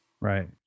Right